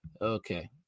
Okay